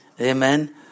Amen